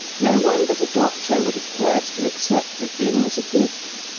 no one but a doctor would have cared to accept the thing as a gift,